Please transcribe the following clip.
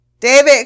David